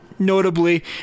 Notably